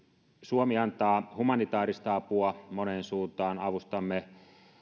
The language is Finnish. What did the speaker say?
suomi antaa humanitaarista apua moneen suuntaan avustamme